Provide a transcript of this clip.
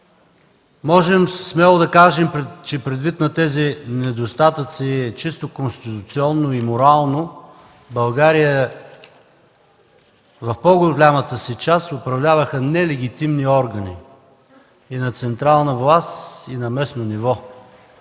Можем смело да кажем, че предвид на тези недостатъци чисто конституционно и морално в България в по-голямата си част управляваха нелегитимни органи и на централна власт, и на местно ниво.